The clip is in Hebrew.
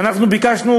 ואנחנו ביקשנו